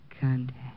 Contact